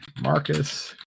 Marcus